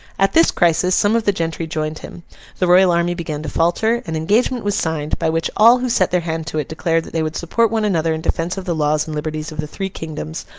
at this crisis, some of the gentry joined him the royal army began to falter an engagement was signed, by which all who set their hand to it declared that they would support one another in defence of the laws and liberties of the three kingdoms,